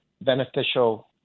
beneficial